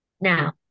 Now